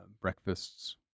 breakfasts